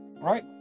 Right